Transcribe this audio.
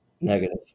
Negative